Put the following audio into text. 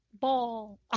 ball